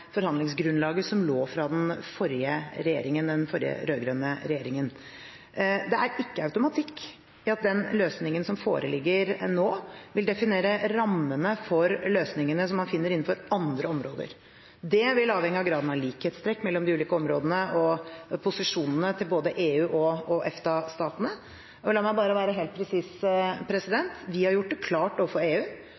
forhandlingsgrunnlaget som lå fra den forrige regjeringen, den forrige, rød-grønne regjeringen. Det er ikke automatikk i at den løsningen som foreligger nå, vil definere rammene for løsningene som man finner innenfor andre områder. Det vil avhenge av graden av likhetstrekk mellom de ulike områdene og posisjonene til både EU- og EFTA-statene. La meg bare være helt presis: